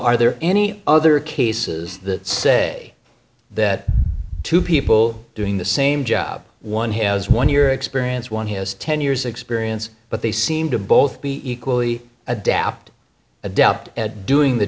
are there any other cases that say that two people doing the same job one has won your experience one has ten years experience but they seem to both be equally adapt adept at doing the